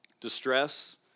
distress